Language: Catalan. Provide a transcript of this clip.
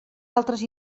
altres